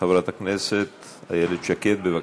חברת הכנסת איילת שקד, בבקשה.